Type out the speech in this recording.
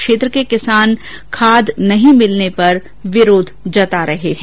क्षेत्र के किसान खाद नहीं मिलने पर विरोध जता रहे हैं